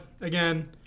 again